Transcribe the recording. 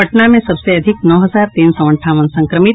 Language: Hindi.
पटना में सबसे अधिक नौ हजार तीन सौ अंठावन संक्रमित